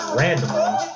randomly